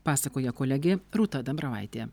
pasakoja kolegė rūta dambravaitė